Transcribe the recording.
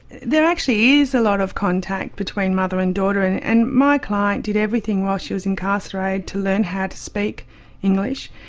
there actually is a lot of contact between mother and daughter, and and my client did everything while she was incarcerated to learn how to speak english,